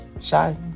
Shy